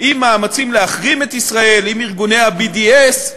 עם מאמצים להחרים את ישראל, עם ארגוני ה-BDS,